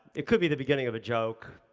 it could be the beginning of a joke.